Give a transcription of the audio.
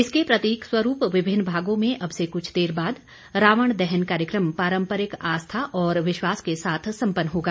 इसके प्रतीक स्वरूप विभिन्न भागों में अब से कुछ देर बाद रावण दहन कार्यक्रम पारम्परिक आस्था और विश्वास के साथ सम्पन्न होगा